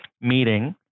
meeting